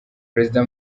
perezida